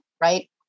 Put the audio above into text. right